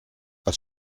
was